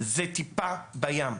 זו טיפה בים.